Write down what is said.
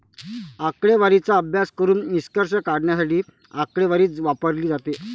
आकडेवारीचा अभ्यास करून निष्कर्ष काढण्यासाठी आकडेवारी वापरली जाते